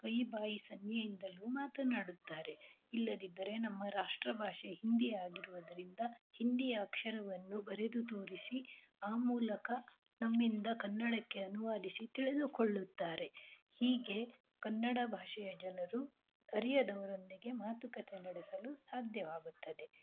ಕೈ ಬಾಯಿ ಸನ್ನೆಯಿಂದಲು ಮಾತನಾಡುತ್ತಾರೆ ಇಲ್ಲದಿದ್ದರೆ ನಮ್ಮ ರಾಷ್ಟ್ರ ಭಾಷೆ ಹಿಂದಿಯಾಗಿರುವುದರಿಂದ ಹಿಂದಿಯ ಅಕ್ಷರವನ್ನು ಬರೆದು ತೋರಿಸಿ ಆ ಮೂಲಕ ನಮ್ಮಿಂದ ಕನ್ನಡಕ್ಕೆ ಅನುವಾದಿಸಿ ತಿಳಿದುಕೊಳ್ಳುತ್ತಾರೆ ಹೀಗೆ ಕನ್ನಡ ಭಾಷೆಯ ಜನರು ಅರಿಯದವರೊಂದಿಗೆ ಮಾತುಕತೆ ನಡೆಸಲು ಸಾಧ್ಯವಾಗುತ್ತದೆ